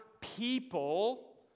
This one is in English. people